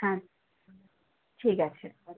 হ্যাঁ ঠিক আছে